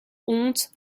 honte